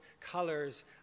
colors